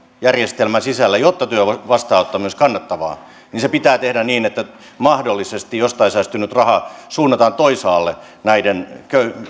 järjestelmän sisällä jotta työn vastaanottaminen olisi kannattavaa niin se pitää tehdä niin että mahdollisesti jostain säästynyt raha suunnataan toisaalle näiden